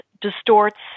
distorts